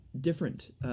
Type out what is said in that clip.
different